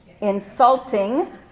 insulting